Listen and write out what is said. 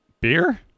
beer